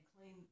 clean